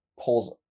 pulls